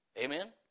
Amen